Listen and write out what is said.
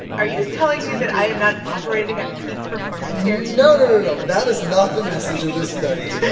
are you telling me that i am not operating at peak performance here? no, no, no, no. that is not the message of this study.